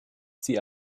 sie